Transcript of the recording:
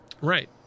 Right